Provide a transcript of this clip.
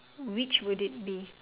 which would it be